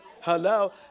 Hello